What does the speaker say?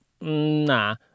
Nah